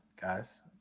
guys